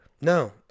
No